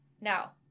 Now